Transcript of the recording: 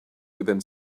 within